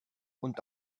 und